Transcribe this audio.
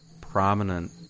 prominent